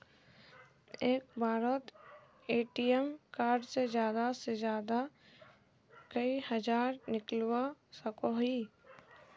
एक बारोत ATM card से ज्यादा से ज्यादा कई हजार निकलवा सकोहो ही?